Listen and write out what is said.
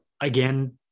Again